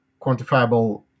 quantifiable